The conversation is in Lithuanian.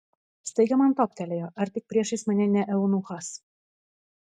staiga man toptelėjo ar tik priešais mane ne eunuchas